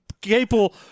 capable